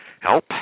Help